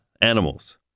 animals